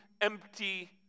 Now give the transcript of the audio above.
empty